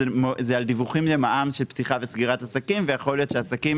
זה על דיווחים למע"מ על פתיחה וסגירה של עסקים ויכול להיות שעסקים